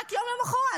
רק יום למוחרת,